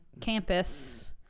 campus